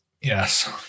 Yes